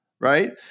Right